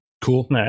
Cool